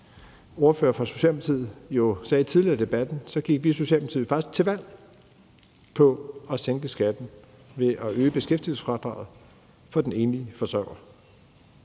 ordfører for Socialdemokratiet jo sagde tidligere i debatten, vi i Socialdemokratiet faktisk gik til valg på at sænke skatten ved at øge beskæftigelsesfradraget for enlige forsørgere.